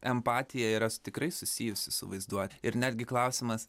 empatija yra tikrai susijusi su vaizduote ir netgi klausimas